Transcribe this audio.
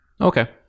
Okay